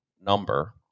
number